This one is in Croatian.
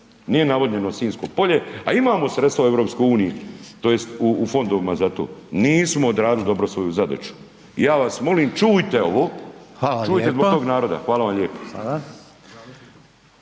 nije navodnjeno Sinjsko polje a imamo sredstva u EU, tj. u fondovima za to. Nismo odradili dobro svoju zadaću. I ja vas molim, čujte ovo, čujte zbog tog naroda. Hvala vam lijepo.